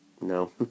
no